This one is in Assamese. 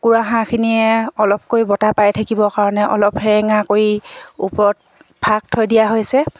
কুকুৰা হাঁহখিনিয়ে অলপকৈ বতাহ পায় থাকিবৰ কাৰণে অলপ সেৰেঙা কৰি ওপৰত ফাক থৈ দিয়া হৈছে